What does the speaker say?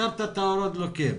השארת את האורות דלוקים,